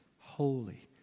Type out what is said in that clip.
holy